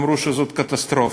זאת קטסטרופה.